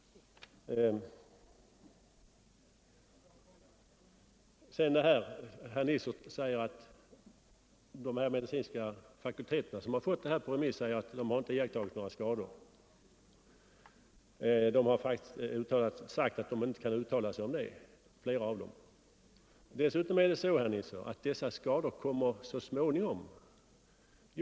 Herr Nisser påstår att de medicinska fakulteterna, som fått denna fråga på remiss, inte iakttagit några skador hos boxare. Flera av dem har sagt att de inte kan uttala sig om detta. Det förhåller sig dessutom så, herr Nisser, att dessa skador kommer så småningom.